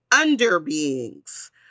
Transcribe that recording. under-beings